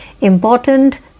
Important